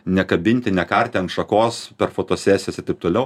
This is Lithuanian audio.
nekabinti nekarti ant šakos per fotosesijas ir taip toliau